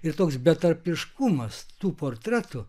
ir toks betarpiškumas tų portretų